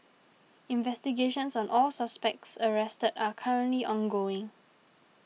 investigations on all suspects arrested are currently ongoing